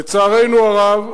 לצערנו הרב,